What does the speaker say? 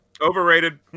Overrated